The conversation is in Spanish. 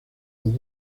los